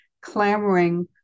clamoring